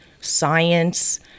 science